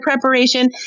preparation